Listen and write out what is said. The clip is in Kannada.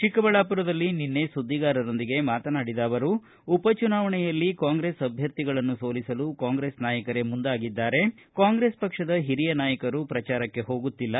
ಚಿಕ್ಕಬಳ್ಳಾಪುರದಲ್ಲಿ ನಿನ್ನೆ ಸುದ್ದಿಗಾರರೊಂದಿಗೆ ಮಾತನಾಡಿದ ಅವರು ಉಪ ಚುನಾವಣೆಯಲ್ಲಿ ಕಾಂಗ್ರೆಸ್ ಅಭ್ಯರ್ಥಿಗಳನ್ನು ಸೋಲಿಸಲು ಕಾಂಗ್ರೆಸ್ ನಾಯಕರೆ ಮುಂದಾಗಿದ್ದಾರೆ ಕಾಂಗ್ರೆಸ್ ಪಕ್ಷದ ಹಿರಿಯ ನಾಯಕರು ಪ್ರಚಾರಕ್ಕೆ ಹೋಗುತ್ತಿಲ್ಲ